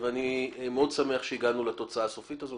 ואני מאוד שמח שהגענו לתוצאה הסופית הזאת.